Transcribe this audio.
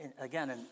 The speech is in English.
Again